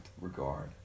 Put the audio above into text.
regard